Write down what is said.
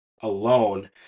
alone